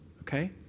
okay